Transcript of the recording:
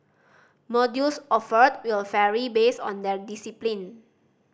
modules offered will vary based on their discipline